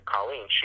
Colleen